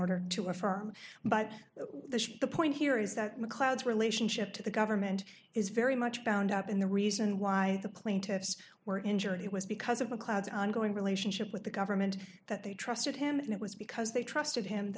order to affirm but the point here is that macleod's relationship to the government is very much bound up in the reason why the plaintiffs were injured it was because of a cloud ongoing relationship with the government that they trusted him and it was because they trusted him